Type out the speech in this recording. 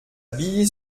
billy